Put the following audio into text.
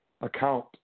account